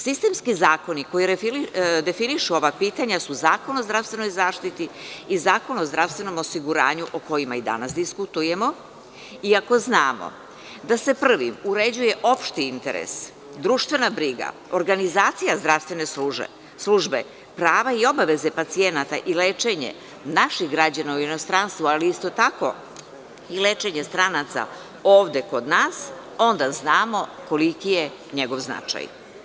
Sistemski zakoni koji definišu ova pitanja su Zakon o zdravstvenoj zaštiti i Zakon o zdravstvenom osiguranju o kojima i danas diskutujemo, i ako znamo da se prvim uređuje opšti interes, društvena briga, organizacija zdravstvene službe, prava i obaveze pacijenata i lečenje naših građana u inostranstvu, ali isto tako i lečenje stranaca ovde kod nas, onda znamo koliki je njegov značaj.